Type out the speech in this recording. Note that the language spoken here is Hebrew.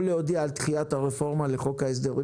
או להודיע על דחיית הרפורמה לחוק ההסדרים